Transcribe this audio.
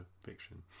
fiction